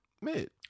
mid